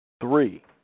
Three